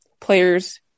players